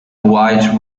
white